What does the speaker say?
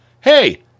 Hey